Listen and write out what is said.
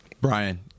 Brian